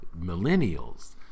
millennials